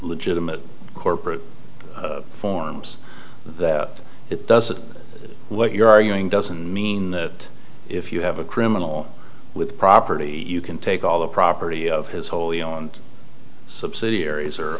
legitimate corporate forms that it doesn't what you're arguing doesn't mean that if you have a criminal with property you can take all the property of his wholly owned subsidiaries are